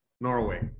Norway